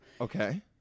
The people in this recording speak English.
okay